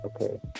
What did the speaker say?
Okay